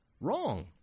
Wrong